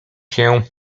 się